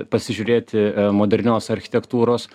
pasižiūrėti modernios architektūros